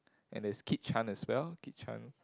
and there's Kit-Chan as well Kit-Chan